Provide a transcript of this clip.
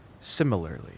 Similarly